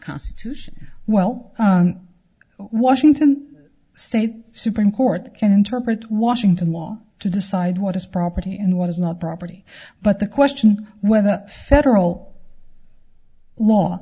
constitution well washington state supreme court can interpret washington law to decide what is property and what is not property but the question whether federal law